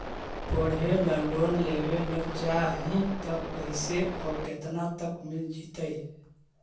पढ़े ल लोन लेबे ल चाह ही त कैसे औ केतना तक मिल जितै?